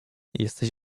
jesteś